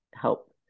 help